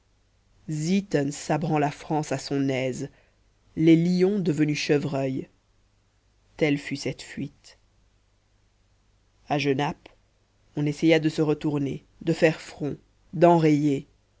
zieten sabrant la france à son aise les lions devenus chevreuils telle fut cette fuite à genappe on essaya de se retourner de faire front d'enrayer